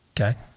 Okay